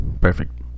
Perfect